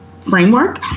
framework